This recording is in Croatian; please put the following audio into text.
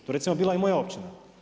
Tu je recimo bila i moja općina.